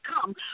come